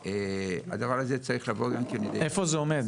והדבר הזה צריך גם כן לבוא.